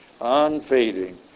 unfading